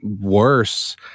worse